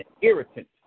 Irritant